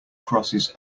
crosses